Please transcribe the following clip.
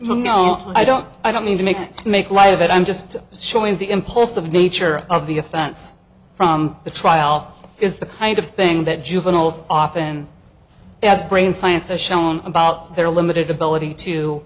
no i don't i don't mean to make to make light of it i'm just showing the impulsive nature of the offense from the trial is the kind of thing that juveniles often as brain science has shown about their limited ability to